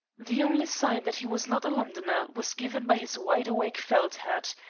the only sign that he was not a londoner was given by his wide-awake felt hat,